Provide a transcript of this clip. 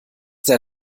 der